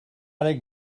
think